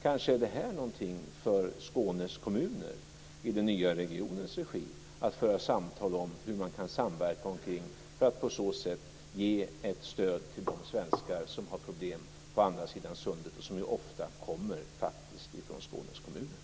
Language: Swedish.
Kanske är det någonting för Skånes kommuner i den nya regionens regi att föra samtal om - frågan om hur man kan samverka omkring detta för att på så sätt ge stöd till de svenskar som har problem på andra sidan sundet och som ju ofta kommer från Skånes kommuner.